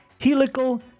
Helical